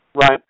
Right